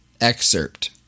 excerpt